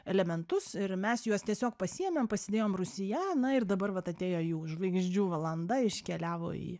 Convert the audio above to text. elementus ir mes juos tiesiog pasiėmėm pasėdėjom rūsyje na ir dabar vat atėjo jų žvaigždžių valanda iškeliavo į